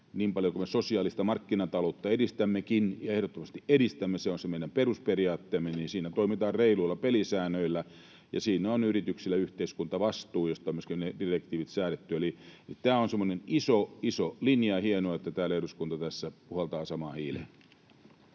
niin paljon kuin me sosiaalista markkinataloutta edistämmekin ja ehdottomasti edistämme, se on se meidän perusperiaatteemme — toimitaan reiluilla pelisäännöillä. Siinä on yrityksillä yhteiskuntavastuu, josta on myöskin ne direktiivit säädetty. Eli tämä on semmoinen iso, iso linja, ja on hienoa, että täällä eduskunta tässä puhaltaa samaan hiileen.